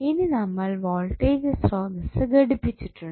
ഇനി നമ്മൾ വോൾട്ടേജ് സ്രോതസ്സ് ഘടിപ്പിച്ചിട്ടുണ്ട്